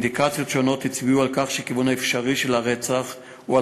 אינדיקציות שונות הצביעו על כך שכיוון אפשרי של הרצח הוא,